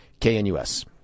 KNUS